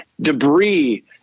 debris